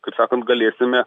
kaip sakant galėsime